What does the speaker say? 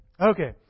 Okay